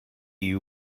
you